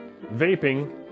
vaping